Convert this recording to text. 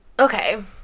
Okay